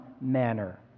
manner